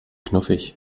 knuffig